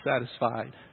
satisfied